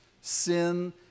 Sin